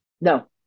No